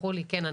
תסלחו לי, כן?